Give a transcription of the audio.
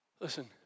Listen